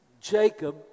Jacob